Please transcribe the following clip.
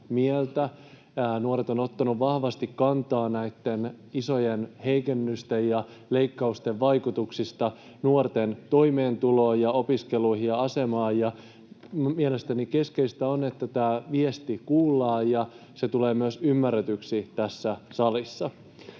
Nuoret ovat ottaneet vahvasti kantaa näitten isojen heikennysten ja leikkausten vaikutuksista nuorten toimeentuloon ja opiskeluihin ja asemaan. Mielestäni keskeistä on, että tämä viesti kuullaan ja se tulee myös ymmärretyksi tässä salissa.